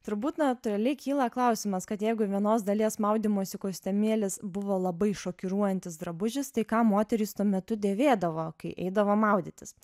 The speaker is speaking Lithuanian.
turbūt natūraliai kyla klausimas kad jeigu vienos dalies maudymosi kostiumėlis buvo labai šokiruojantis drabužis tai ką moterys tuo metu dėvėdavo kai eidavo maudytis